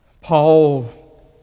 Paul